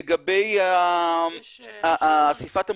לגבי אסיפת המודיעין,